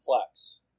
complex